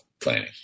planning